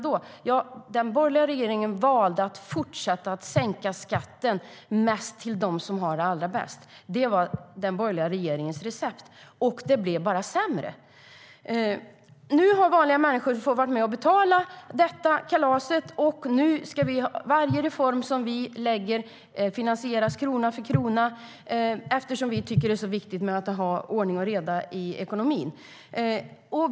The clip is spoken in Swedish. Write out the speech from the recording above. Den borgerliga regeringen valde att fortsätta att sänka skatten mest för dem som har det allra bäst. Det var den borgerliga regeringens recept, och det blev bara sämre. Nu har vanliga människor fått vara med och betala kalaset, och nu ska varje reform vi lägger fram finansieras krona för krona eftersom vi tycker att det är så viktigt att ha ordning och reda i ekonomin.